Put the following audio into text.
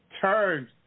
turn